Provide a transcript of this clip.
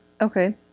Okay